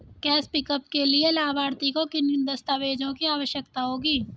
Cash pickup के लिए लाभार्थी को किन दस्तावेजों की आवश्यकता होगी?